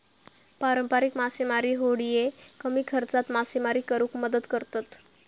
पारंपारिक मासेमारी होडिये कमी खर्चात मासेमारी करुक मदत करतत